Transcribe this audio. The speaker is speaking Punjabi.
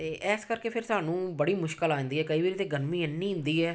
ਅਤੇ ਇਸ ਕਰਕੇ ਫਿਰ ਸਾਨੂੰ ਬੜੀ ਮੁਸ਼ਕਿਲ ਆ ਜਾਂਦੀ ਹੈ ਕਈ ਵਾਰੀ ਤਾਂ ਗਰਮੀ ਇੰਨੀ ਹੁੰਦੀ ਹੈ